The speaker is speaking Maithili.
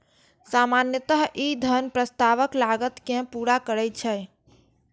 सामान्यतः ई धन प्रस्तावक लागत कें पूरा करै छै